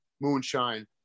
Moonshine